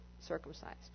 circumcised